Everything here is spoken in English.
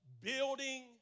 building